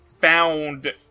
found